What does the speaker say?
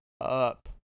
up